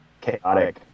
chaotic